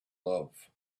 love